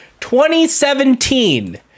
2017